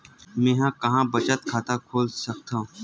मेंहा कहां बचत खाता खोल सकथव?